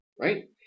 Right